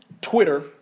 Twitter